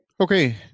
Okay